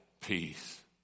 peace